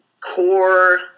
core